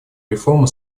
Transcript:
реформа